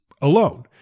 alone